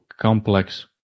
complex